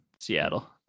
Seattle